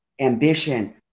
ambition